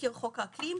בתזכיר חוק האקלים.